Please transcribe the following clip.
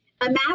Imagine